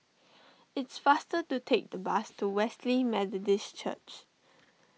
it's faster to take the bus to Wesley Methodist Church